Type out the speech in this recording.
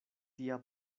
tia